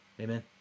Amen